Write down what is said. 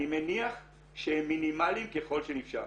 אני מניח שהם מינימאליים ככל שאפשר.